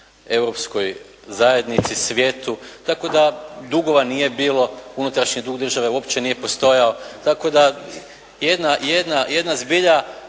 Europskoj zajednici, svijetu, tako da dugova nije bilo, unutrašnji dug države uopće nije postojao, tako da jedna zbilja